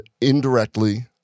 indirectly